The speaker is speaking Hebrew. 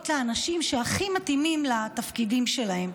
לאנשים שהכי מתאימים לתפקידים שלהם.